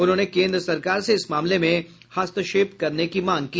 उन्होंने केन्द्र सरकार से इस मामले में हस्तक्षेप करने की मांग की